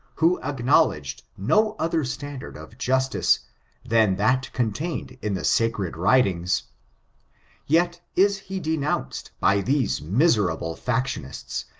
who acknowledged no other standard of justice than that contained in the sacred writings yet is he denounced by these miserable factionists,